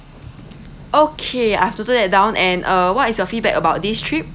okay I've noted that down and uh what is your feedback about this trip